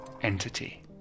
entity